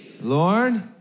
Lord